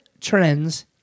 trends